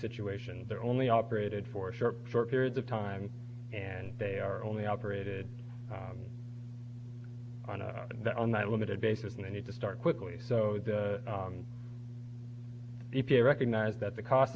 situation they're only operated for short short periods of time and they are only operated on a that on that limited basis and they need to start quickly so that if you recognize that the cost